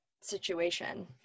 situation